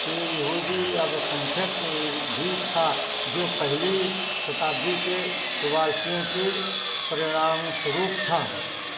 यहूदी अल्पसंख्यक भी था जो पहली शताब्दी के प्रवासियों के परिणामस्वरूप था